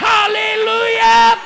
Hallelujah